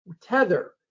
tether